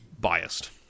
biased